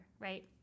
Right